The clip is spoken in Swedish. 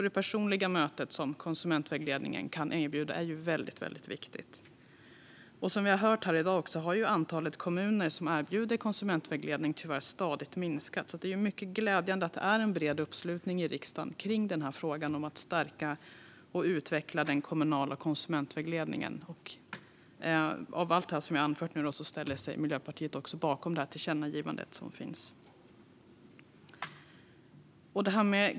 Det personliga möte som kan erbjudas i konsumentvägledningen är väldigt viktigt. Som vi har hört här i dag har antalet kommuner som erbjuder konsumentvägledning tyvärr minskat stadigt, så det är mycket glädjande att det finns en bred uppslutning i riksdagen kring frågan om att stärka och utveckla den kommunala konsumentvägledningen. Utöver allt som jag nu har anfört ställer sig Miljöpartiet också bakom det tillkännagivande som finns.